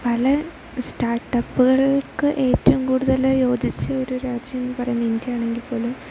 പല സ്റ്റാർട്ടപ്പുകൾക്ക് ഏറ്റവും കൂടുതൽ യോജിച്ച ഒരു രാജ്യം എന്ന് പറയുന്നത് ഇന്ത്യ ആണെങ്കിൽ പോലും